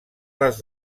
les